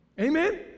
amen